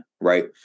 right